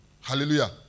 Hallelujah